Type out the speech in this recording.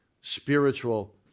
spiritual